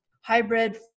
hybrid